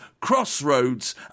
crossroads